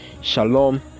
shalom